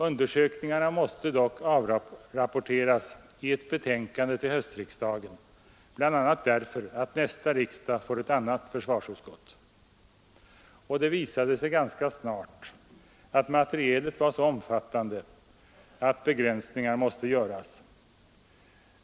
Undersökningarna måste dock avrapporteras i ett betänkande till höstriksdagen, bl.a. därför att nästa riksdag får ett annat försvarsutskott. Det visade sig ganska snart att materialet var så omfattande att begränsningar måste göras.